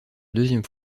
deuxième